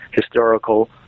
historical